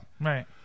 Right